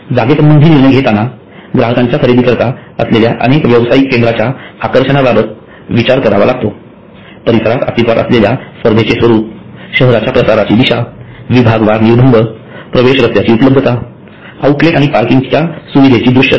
जागेसंबंधी निर्णय घेताना ग्राहकांच्या खरेदीकरिता असलेल्या अनेक व्यवसायिक केंद्रांच्या आकर्षणाबाबत विचार करावा लागतो परिसरात अस्तित्वात असलेल्या स्पर्धेचे स्वरूप शहराच्या प्रसाराची दिशा विभागवार निर्बंध प्रवेश रस्त्यांची उपलब्धता आउटलेट आणि पार्किंग च्या सुविधेची दृश्यता